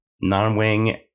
Non-wing